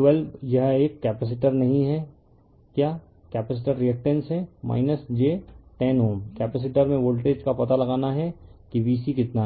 12 यह एक कैपेसिटर नहीं है क्या कैपेसिटर रिअक्टेंस है j 10Ω कैपेसिटर में वोल्टेज का पता लगाना है कि V c कितना है